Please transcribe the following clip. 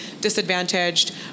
disadvantaged